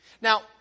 Now